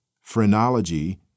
phrenology